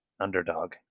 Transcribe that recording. Underdog